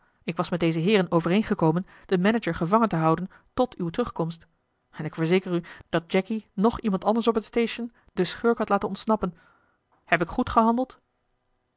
ik was met deze heeren overeengekomen den manager gevangen te houden tot uwe terugkomst en ik verzeker u dat jacky noch iemand anders op het station den schurk had laten ontsnappen heb ik goed gehandeld